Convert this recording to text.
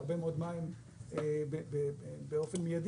הרבה מאוד מים באופן מידי,